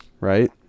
right